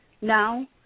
now